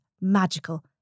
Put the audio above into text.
magical